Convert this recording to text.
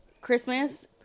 christmas